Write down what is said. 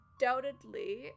undoubtedly